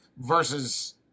versus